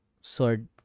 sword